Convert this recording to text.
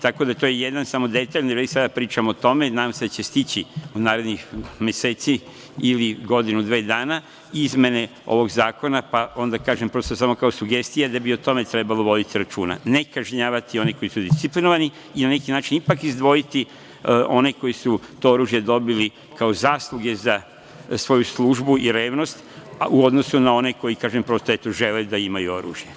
Tako da je to jedan detalj, ne vredi da mi sada pričamo o tome i nadam se da će stići narednih meseci ili godinu dve dana izmene ovog zakona pa onda kažem, prosto kao sugestija da bi o tome trebalo voditi računa, ne kažnjavati one koji su disciplinovani i na neki način ipak izdvojiti one koji su to oružje dobili kao zasluge za svoju službu i revnost u odnosu na one koji prosto žele da imaju oružje.